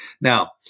now